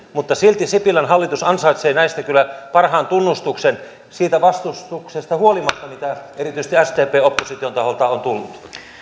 mutta silti sipilän hallitus ansaitsee näistä kyllä parhaan tunnustuksen siitä vastustuksesta huolimatta mitä erityisesti sdpltä opposition taholta on tullut